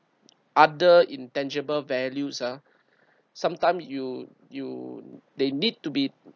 other intangible values ah sometime you you they need to be